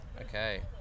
Okay